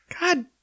God